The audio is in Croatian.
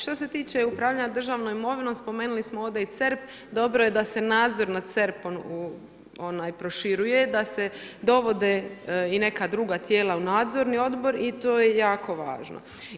Što se tiče upravljanje državnom imovinom, spomenuli smo ovdje i CERP, dobro da se nadzor nad CERP-om proširuje, da se dovode i neka druga tijela u nadzorni odbor i to je jako važno.